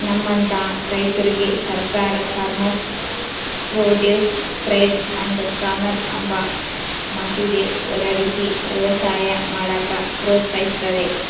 ನಮ್ಮಂತ ರೈತುರ್ಗೆ ಸರ್ಕಾರ farmers produce trade and commerce ಅಂಬ ಮಸೂದೆ ಹೊರಡಿಸಿ ವ್ಯವಸಾಯ ಮಾಡಾಕ ಪ್ರೋತ್ಸಹಿಸ್ತತೆ